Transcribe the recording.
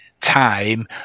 time